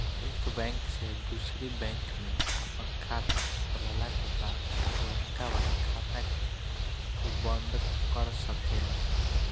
एक बैंक से दूसरी बैंक में आपन खाता खोलला के बाद पुरनका वाला खाता के तू बंद कर सकेला